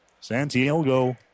Santiago